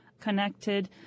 connected